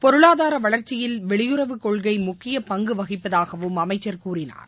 பொருளாதாரவளர்ச்சியில் வெளியுறவுக் கொள்கைமுக்கியபங்குவகிப்பதாகவும் அமைச்சள் கூறினார்